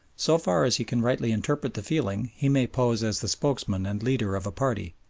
so far as he can rightly interpret the feeling he may pose as the spokesman and leader of a party,